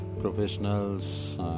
professionals